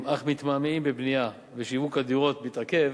אך מתמהמהים בבנייה ושיווק הדירות מתעכב,